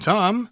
Tom